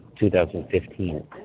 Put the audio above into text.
2015